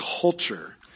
culture